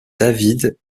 david